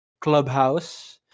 Clubhouse